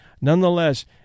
Nonetheless